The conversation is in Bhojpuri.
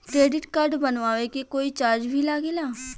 क्रेडिट कार्ड बनवावे के कोई चार्ज भी लागेला?